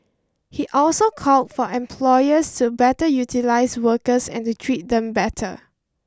he also called for employers to better utilise workers and to treat them better